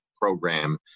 program